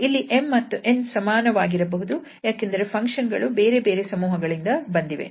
ಇಲ್ಲಿ 𝑚 ಮತ್ತು 𝑛 ಸಮಾನವಾಗಿರಬಹುದು ಏಕೆಂದರೆ ಫಂಕ್ಷನ್ ಗಳು ಬೇರೆ ಬೇರೆ ಸಮೂಹಗಳಿಂದ ಬಂದಿವೆ